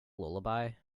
lullaby